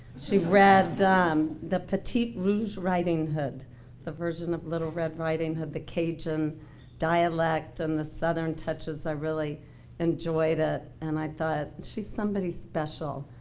she read um the petite rouge riding hood the version of little red riding hood the cajun dialect and the southern touches i really enjoyed it ah and i thought she's somebody special.